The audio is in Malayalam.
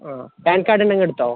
ആ പാൻ കാർഡ് നിങ്ങൾ എടുത്തോ